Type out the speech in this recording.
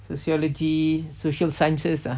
sociology social sciences ah